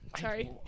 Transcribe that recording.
Sorry